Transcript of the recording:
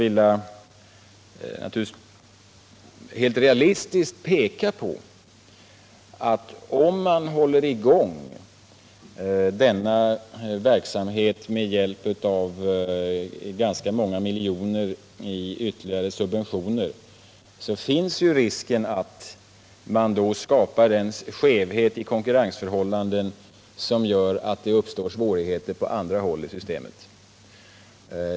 Jag skulle också helt realistiskt vilja peka på att om man håller i gång denna verksamhet med hjälp av ganska många miljoner i ytterligare subventioner, finns risken att man då skapar en skevhet i konkurrensförhållandena som gör att det uppstår svårigheter på andra håll i systemet.